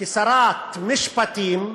כשרת משפטים,